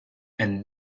and